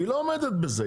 היא לא עומדת בזה,